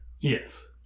yes